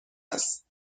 است